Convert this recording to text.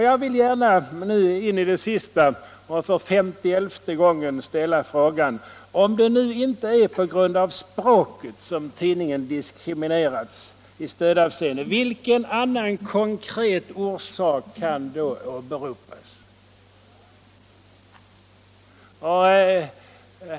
Jag vill nu gärna in i det sista och för femtielfte gången ställa frågan: Om det nu inte är på grund av språket som tidningen 43 diskriminerats i stödavseende, vilken annan konkret orsak kan då åberopas?